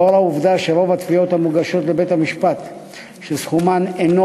לאור העובדה שרוב התביעות המוגשות בבית-המשפט שסכומן אינו